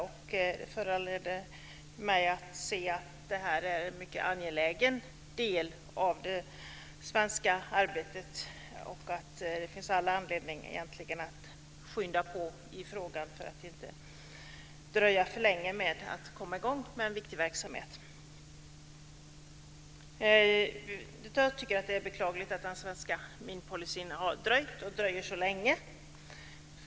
Det föranledde mig att notera att det här är en mycket angelägen del av det svenska arbetet och att det egentligen finns all anledning att skynda på i frågan för att inte dröja för länge med att komma i gång med en viktig verksamhet. Jag tycker att det är beklagligt att den svenska minpolicyn har dröjt och dröjer så länge.